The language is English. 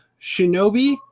Shinobi